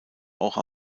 auch